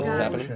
travis